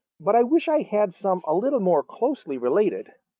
but i wish i had some a little more closely related.